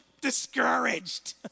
discouraged